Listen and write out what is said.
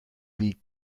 wie